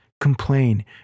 complain